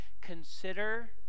consider